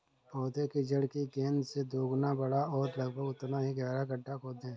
पौधे की जड़ की गेंद से दोगुना बड़ा और लगभग उतना ही गहरा गड्ढा खोदें